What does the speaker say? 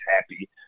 happy